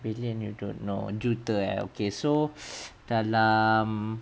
billion you don't know juta ah okay so dalam